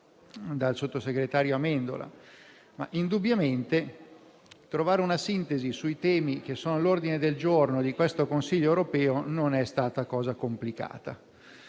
dal sottosegretario Amendola. Indubbiamente, trovare una sintesi sui temi all'ordine del giorno del Consiglio europeo non è stata cosa complicata.